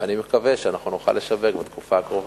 ואני מקווה שאנחנו נוכל לשווק בתקופה הקרובה.